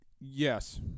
Yes